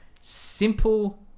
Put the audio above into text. simple